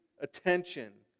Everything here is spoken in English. attention